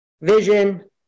vision